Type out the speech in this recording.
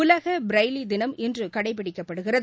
உலக ப்ரைலி தினம் இன்று கடைபிடிக்கப்படுகிறது